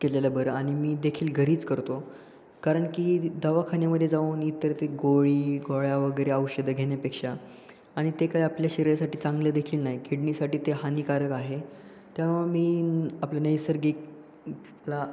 केलेलं बरं आणि मीदेखील घरीच करतो कारण की दवाखान्यामध्ये जाऊन इतर ते गोळी गोळ्या वगैरे औषधं घेण्यापेक्षा आणि ते काय आपल्या शरीरासाठी चांगलंदेखील नाही किडनीसाठी ते हानिकारक आहे त्यामुळं मी आपलं नैसर्गिक ला